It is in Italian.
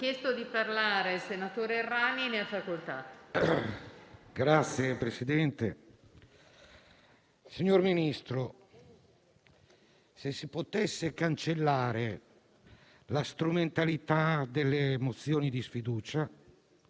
Signor Presidente, signor Ministro, se si potesse cancellare la strumentalità delle mozioni di sfiducia,